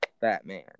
Batman